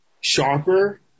sharper